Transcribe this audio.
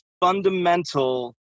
fundamental